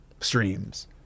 streams